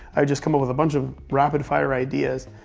i'd just come up with a bunch of rapid-fire ideas,